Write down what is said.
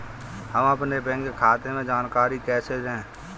हम अपने बैंक खाते की जानकारी कैसे लें?